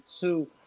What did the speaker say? two